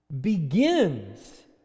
begins